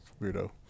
weirdo